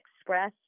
express